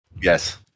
Yes